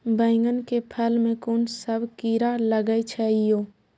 बैंगन के फल में कुन सब कीरा लगै छै यो?